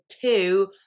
two